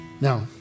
Now